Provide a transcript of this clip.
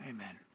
Amen